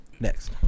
Next